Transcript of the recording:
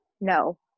no